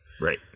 Right